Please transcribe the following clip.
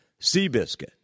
Seabiscuit